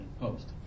Post